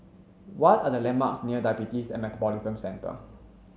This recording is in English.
what are the landmarks near Diabetes and Metabolism Centre